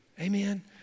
Amen